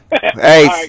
Hey